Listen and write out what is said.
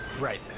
Right